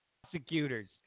prosecutors